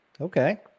Okay